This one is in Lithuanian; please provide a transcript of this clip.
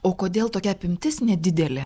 o kodėl tokia apimtis nedidelė